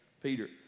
Peter